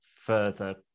further